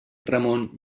ramon